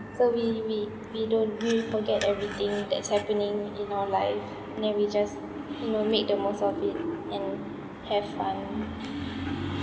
so we we we don't we will forget everything that's happening in our life and then we just you know make the most of it and have fun ah